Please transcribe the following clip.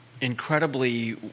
incredibly